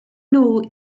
nhw